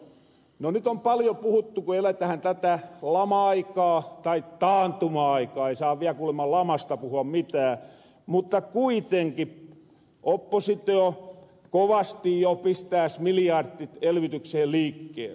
no nyt on paljon puhuttu ku eletähän tätä lama aikaa tai taantuma aikaa ei saa vielä kuulema lamasta puhua mitään mutta kuitenki oppositio kovasti jo pistääs miljardit elvytykseen liikkeelle